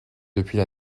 depuis